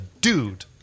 dude